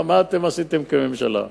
מה אתם עשיתם כממשלה?